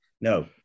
no